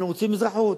אנחנו רוצים אזרחות.